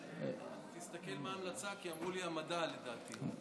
תסתכל מה ההמלצה, כי אמרו לי המדע, לדעתי.